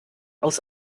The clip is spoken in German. aus